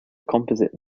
composite